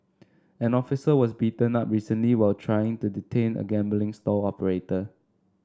an officer was beaten up recently while trying to detain a gambling stall operator